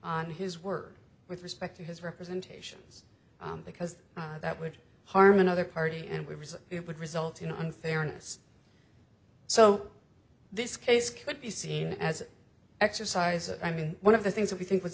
on his word with respect to his representations because that would harm another party and we reasoned it would result in unfairness so this case could be seen as an exercise i mean one of the things that we think was